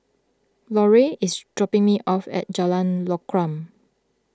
Larae is dropping me off at Jalan Lokam